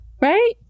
right